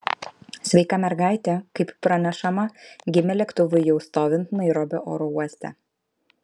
sveika mergaitė kaip pranešama gimė lėktuvui jau stovint nairobio oro uoste